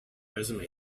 resume